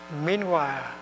Meanwhile